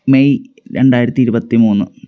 May രണ്ടായിരത്തി ഇരുപത്തിമൂന്ന്